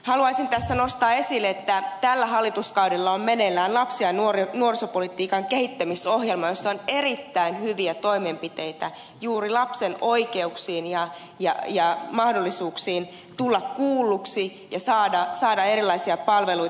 haluaisin tässä nostaa esille että tällä hallituskaudella on meneillään lapsi ja nuorisopolitiikan kehittämisohjelma jossa on erittäin hyviä toimenpiteitä liittyen juuri lapsen oikeuksiin ja mahdollisuuksiin tulla kuulluksi ja saada erilaisia palveluita